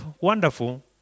wonderful